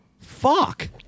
fuck